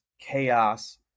chaos